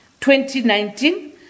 2019